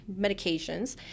medications